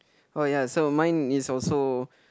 oh ya so mine is also